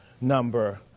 number